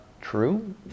true